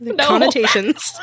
connotations